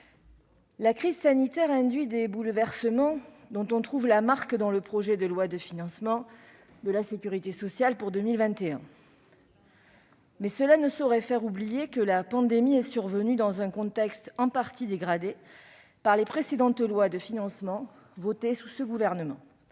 la crise sanitaire induit des bouleversements dont on trouve la marque dans le projet de loi de financement de la sécurité sociale pour 2021. Mais cela ne saurait faire oublier que la pandémie est survenue dans un contexte en partie dégradé par les précédentes lois de financement votées sous ce gouvernement.